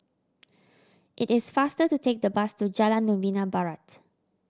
it is faster to take the bus to Jalan Novena Barat